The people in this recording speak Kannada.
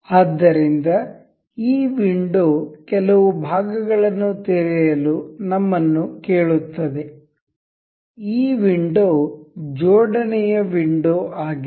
ಆದ್ದರಿಂದ ಈ ವಿಂಡೋ ಕೆಲವು ಭಾಗಗಳನ್ನು ತೆರೆಯಲು ನಮ್ಮನ್ನು ಕೇಳುತ್ತದೆಈ ವಿಂಡೋ ಜೋಡಣೆಯ ವಿಂಡೋ ಆಗಿದೆ